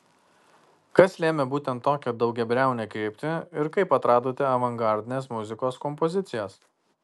kas lėmė būtent tokią daugiabriaunę kryptį ir kaip atradote avangardinės muzikos kompozicijas